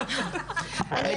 אני